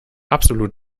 absolut